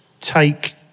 take